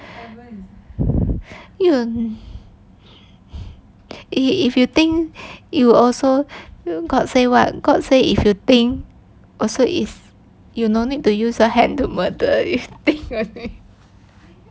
if if you think it will also got say what got say if you think also is you no need to use a hand to murder you think only